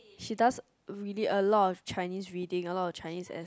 she does really a lot of Chinese reading a lot of Chinese ess~